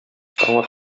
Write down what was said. таң